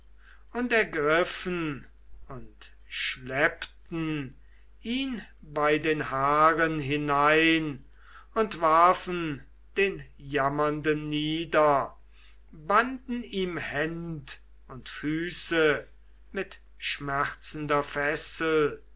und ergriffen und schleppten ihn bei den haaren hinein und warfen den jammernden nieder banden ihm händ und füße mit schmerzender fessel